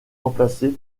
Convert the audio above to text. remplacées